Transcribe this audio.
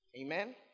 Amen